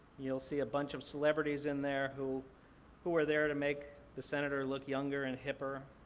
you'll see a bunch of celebrities in there, who who are there to make the senator look younger and hipper.